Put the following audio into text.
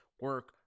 Work